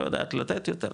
לא יודעת לתת יותר,